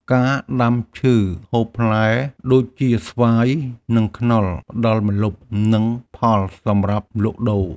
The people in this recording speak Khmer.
ការដាំឈើហូបផ្លែដូចជា ស្វាយ និងខ្នុរ ផ្តល់ម្លប់ និងផលសម្រាប់លក់ដូរ។